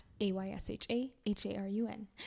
A-Y-S-H-A-H-A-R-U-N